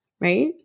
right